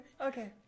okay